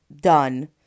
done